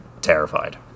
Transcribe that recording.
terrified